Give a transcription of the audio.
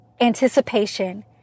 Anticipation